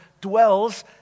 dwells